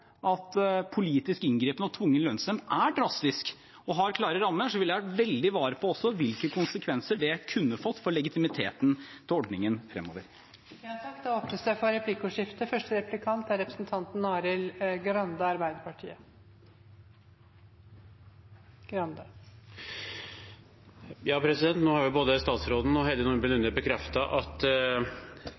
at politisk inngripen og tvungen lønnsnemnd er drastisk og har klare rammer, vært veldig var på hvilke konsekvenser det kunne fått for legitimiteten til ordningen fremover. Det blir replikkordskifte. Nå har både statsråden og Heidi Nordby Lunde bekreftet at begge streikene og den samlede virkningen av det ble sett under ett. Dermed kan vi slå fast at